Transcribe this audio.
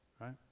right